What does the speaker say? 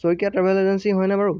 Saikia travel agency হয়নে বাৰু